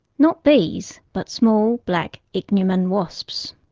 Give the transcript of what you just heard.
not bees, but small black ichneumon wasps.